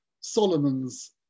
Solomon's